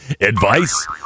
Advice